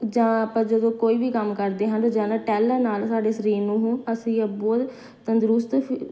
ਜਾਂ ਆਪਾਂ ਜਦੋਂ ਕੋਈ ਵੀ ਕੰਮ ਕਰਦੇ ਹਨ ਰੋਜ਼ਾਨਾ ਟਹਿਲਣ ਨਾਲ ਸਾਡੇ ਸਰੀਰ ਨੂੰ ਅਸੀਂ ਬਹੁਤ ਤੰਦਰੁਸਤ ਫੀ